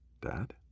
Dad